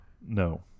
No